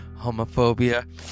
Homophobia